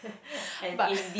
but